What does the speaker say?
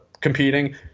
competing